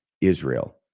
Israel